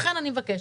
לכן אני מבקשת